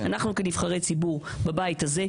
כנבחרי ציבור בבית הזה,